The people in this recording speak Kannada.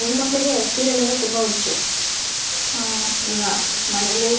ಹೆಣ್ ಮಕ್ಕಳಿಗೆ ಸೀರಿಯಲ್ ಅಂದರೆ ತುಂಬ ಹುಚ್ಚು ಈಗ ಮನೇಲಿ